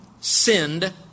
sinned